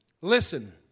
Listen